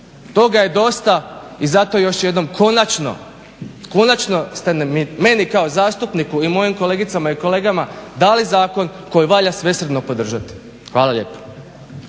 Toga je dosta i zato još jednom konačno, konačno ste meni kao zastupniku i mojim kolegicama i kolegama dali zakon koji valja svesrdno podržati. Hvala lijepo.